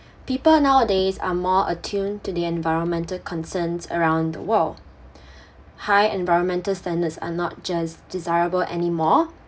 people nowadays are more attuned to the environmental concerns around the world high environmental standards are not just desirable anymore